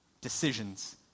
decisions